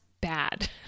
Bad